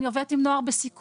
אני עובדת עם נוער בסיכון,